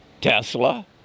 Tesla